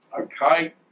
okay